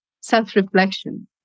self-reflection